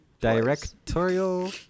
directorial